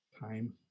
Time